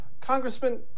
Congressman